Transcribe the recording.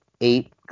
eight